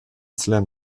slam